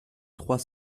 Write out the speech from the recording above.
trois